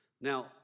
Now